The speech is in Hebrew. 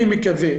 אני מקווה,